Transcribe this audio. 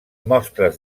mostres